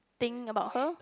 think about her